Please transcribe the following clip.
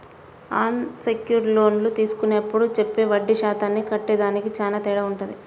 అన్ secured లోన్లు తీసుకునేప్పుడు చెప్పే వడ్డీ శాతానికి కట్టేదానికి చానా తేడా వుంటది